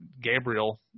Gabriel